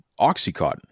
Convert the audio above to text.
Oxycontin